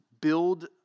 build